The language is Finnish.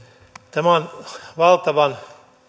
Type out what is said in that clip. tämä on valtavan